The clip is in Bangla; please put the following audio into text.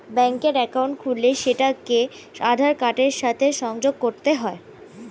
ব্যাঙ্কের অ্যাকাউন্ট খুললে সেটাকে আধার কার্ডের সাথে সংযোগ করতে হয়